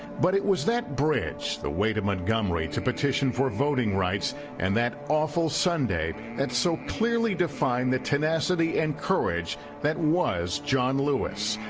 but it was that bridge the way to montgomery to petition for voting rights and that awful sunday that and so clearly defined the tenacity and courage that was john lewis.